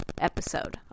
episode